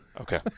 Okay